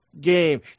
game